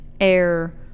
air